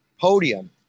podium